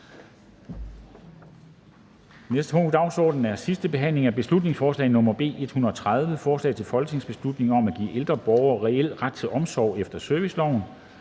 punkt på dagsordenen er: 23) 2. (sidste) behandling af beslutningsforslag nr. B 130: Forslag til folketingsbeslutning om at give ældre borgere en reel ret til omsorg efter serviceloven.